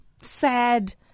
sad